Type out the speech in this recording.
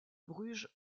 bruges